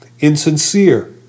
insincere